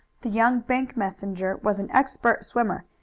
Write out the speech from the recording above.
the young bank messenger was an expert swimmer,